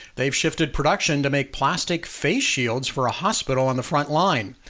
they've shifted production to make plastic face shields for a hospital on the front line.